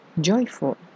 joyful